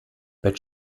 but